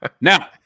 Now